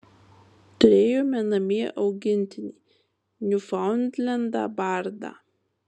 turėjome namie augintinį niufaundlendą bardą